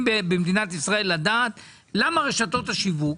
במדינת ישראל לדעת למה רשתות השיווק,